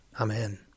Amen